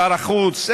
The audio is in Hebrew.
שר החוץ.